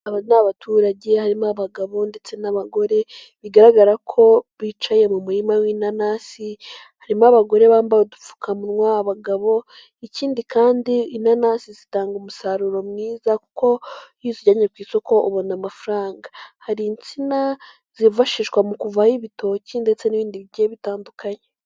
Aba ni abaturage harimo abagabo ndetse n'abagore bigaragara ko bicaye mu murima w'inanasi, harimo abagore bambaye udupfukamunwa abagabo, ikindi kandi inanasi zitanga umusaruro mwiza kuko iyo uzijyanye ku isoko ubona amafaranga, hari insina zifashishwa mu kuvaho ibitoki ndetse n'ibindi bigiye bitandukanye.